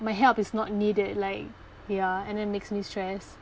my help is not needed like ya and that makes me stressed